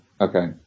Okay